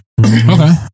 Okay